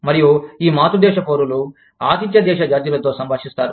మరియు ఈ మాతృ దేశ పౌరులు ఆతిధ్య దేశ జాతీయులతో సంభాషిస్తారు